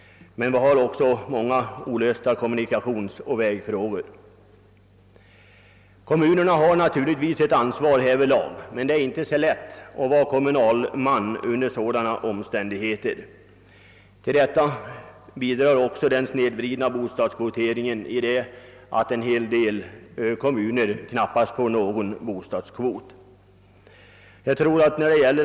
Men vi har också många olösta kommunikationsoch vägfrågor. Kommunerna har naturligtvis härvidlag ett ansvar, men det är inte så lätt att under dessa omständigheter vara kommunalman. Till detta bidrar också snedvridningen av bostadskvoteringen; en del kommuner får knappast någon kvot.